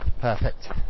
perfect